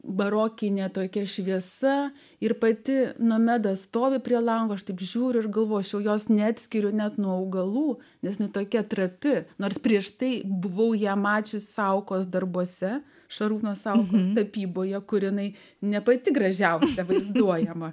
barokine tokia šviesa ir pati nomeda stovi prie lango aš tik žiūriu ir galvočiau jos neatskiriu net nuo augalų nes ne tokia trapi nors prieš tai buvau ją mačiusi saukos darbuose šarūno saukos tapyboje karinai ne pati gražiausia vaizduojama